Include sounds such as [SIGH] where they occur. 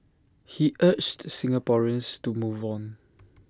he urged Singaporeans to move on [NOISE]